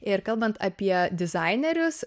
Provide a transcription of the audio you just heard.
ir kalbant apie dizainerius